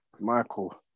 Michael